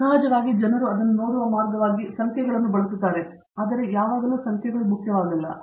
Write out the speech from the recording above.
ಮೂರ್ತಿ ಸಹಜವಾಗಿ ಜನರು ಅದನ್ನು ನೋಡುವ ಮಾರ್ಗವಾಗಿ ಸಂಖ್ಯೆಗಳನ್ನು ಬಳಸುತ್ತಾರೆ ಆದರೆ ಯಾವಾಗಲೂ ಸಂಖ್ಯೆಗಳು ಮುಖ್ಯವಾಗಿಲ್ಲ